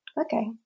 Okay